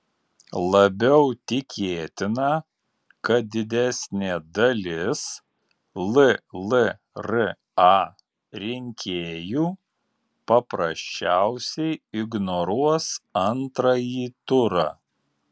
labiau tikėtina kad didesnė dalis llra rinkėjų paprasčiausiai ignoruos antrąjį turą